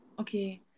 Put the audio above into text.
okay